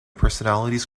personalities